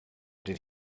did